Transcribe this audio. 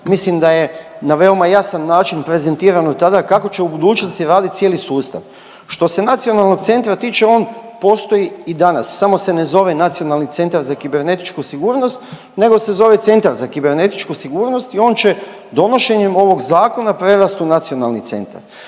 Mislim da je na veoma jasan način prezentirano tada kako će u budućnosti radit cijeli sustav. Što se nacionalnog centra tiče on postoji i danas, samo se ne zove nacionalni centar za kibernetičku sigurnost nego se zove Centar za kibernetičku sigurnost i on će donošenjem ovog zakona prerast u nacionalni centar.